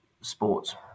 sports